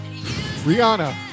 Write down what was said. Rihanna